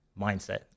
mindset